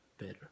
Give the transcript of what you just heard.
better